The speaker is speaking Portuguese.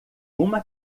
uma